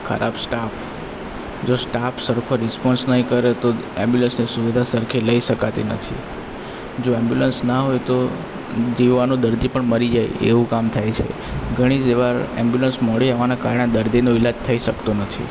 ખરાબ સ્ટાફ જો સ્ટાફ સરખો રિસ્પોન્સ નહીં કરે તો ઍમ્બ્યુલન્સની સુવિધા સરખી લઈ શકાતી નથી જો ઍમ્બ્યુલન્સ ના હોય તો જીવવાનો દર્દી પણ મરી જાય એવું કામ થાય છે ઘણી જ વાર ઍમ્બ્યુલન્સ મોડી આવવાને કારણે દર્દીનો ઈલાજ થઈ શકતો નથી